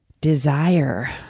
desire